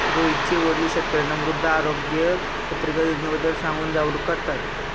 रोहितचे वडील शेतकर्यांना मृदा आरोग्य पत्रिका योजनेबद्दल सांगून जागरूक करतात